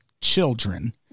children